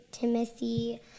Timothy